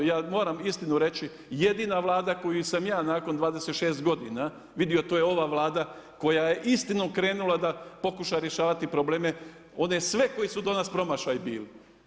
Ja moram istinu reći, jedina Vlada koju sam ja nakon 26 g. vidio, to je ova Vlada, koja je istinu okrenula da pokuša rješavati probleme, one sve koji su … promašaj bili.